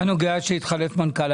מה נוגע אליכם שהתחלף מנכ"ל?